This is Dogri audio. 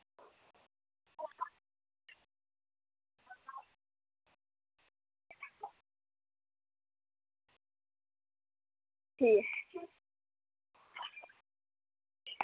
ठीक